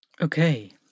Okay